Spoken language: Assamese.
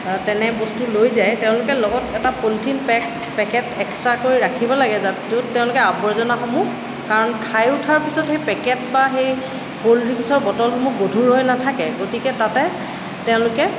তেনে বস্তু লৈ যায় তেওঁলোকে লগত এটা পলিথিন পেক পেকেট এক্সট্ৰাকৈ ৰাখিব লাগে যাত য'ত তেওঁলোকে আৱৰ্জনাসমূহ কাৰণ খাই উঠাৰ পিছত সেই পেকেট বা সেই কল্ড ড্ৰিংছৰ বটলসমূহ গধুৰ হৈ নাথাকে গতিকে তাতে তেওঁলোকে